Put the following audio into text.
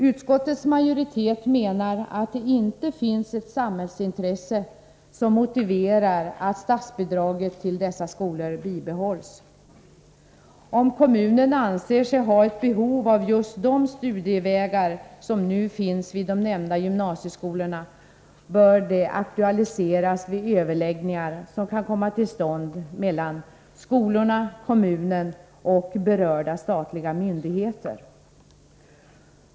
Utskottets majoritet menar att det inte finns ett samhällsintresse, som motiverar att statsbidraget till dessa skolor bibehålles. Om kommunen anser sig ha ett behov av just de studievägar som nu finns vid de nämnda gymnasieskolorna, bör detta aktualiseras vid överläggningar som kan komma till stånd mellan skolorna, kommunen och berörda statliga myndigheter.